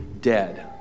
dead